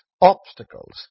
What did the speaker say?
obstacles